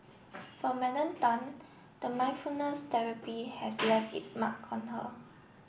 for Madam Tan the mindfulness therapy has left its mark on her